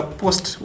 post